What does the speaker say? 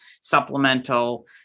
supplemental